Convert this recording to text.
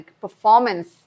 performance